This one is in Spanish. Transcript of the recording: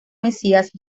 mesías